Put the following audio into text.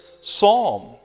psalm